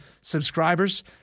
subscribers